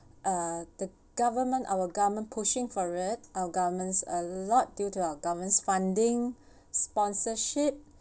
government our government pushing for it our government a lot due to our government's funding sponsorship